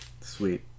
Sweet